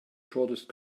shortest